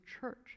church